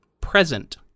present